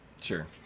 sure